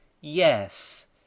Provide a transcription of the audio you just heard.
yes